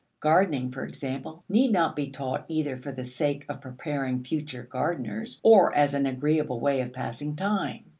gardening, for example, need not be taught either for the sake of preparing future gardeners, or as an agreeable way of passing time.